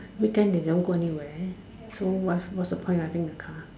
weekend they don't go anywhere so what what's the point of I think this car